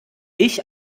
ich